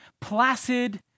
placid